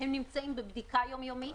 הם נמצאים בבדיקה יום-יומית.